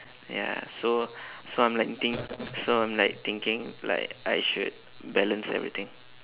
ya so so I'm like think~ so I'm like thinking like I should balance everything